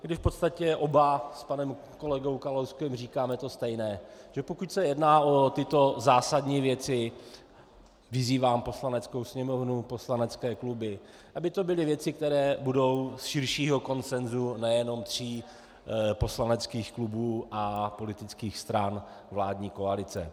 V podstatě oba s panem kolegou Kalouskem říkáme to stejné, že pokud se jedná o tyto zásadní věci, vyzývám Poslaneckou sněmovnu, poslanecké kluby, aby to byly věci, které budou z širšího konsenzu nejenom tří poslaneckých klubů a politických stran vládní koalice.